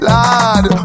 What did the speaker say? Lad